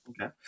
Okay